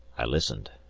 i listened.